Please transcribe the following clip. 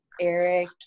Eric